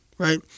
Right